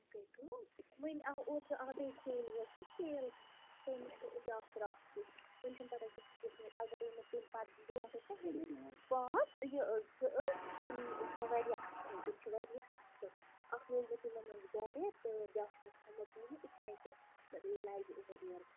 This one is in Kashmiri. وٕنۍ گٔے کٲم وٕنہِ آو اوترٕ آو بیٚیہِ سیلہِ وول سُہ چھُ سیل کٕنان تٔمِس بیٛاکھ فِرٛاک سوٗٹ وٕنۍ چھِنہٕ پتَہ کہِ سُہ کیُتھ نیرِ البتہ ییٚلہِ مےٚ تَمہِ پتہٕ برٛونٛٹھ ٲسۍ نَہ ہیٚتۍمٕتۍ پانٛژھ یہِ زٕأ تِم ٲسۍ مےٚ وارِیاہ اصٕل تِم چھِ وارِیاہ اصٕل اکھ لوگ مےٚ تِمو منٛز گَرِ تہٕ بیٛاکھ چھُ مےٚ تھومُت وٕنہِ یِتھَے کٔنۍ مےٚ دوٚپ یہِ لَگہِ اورٕ یور